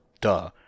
Duh